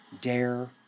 Dare